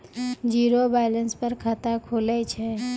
Zero balance पर खाता खुले छै?